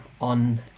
on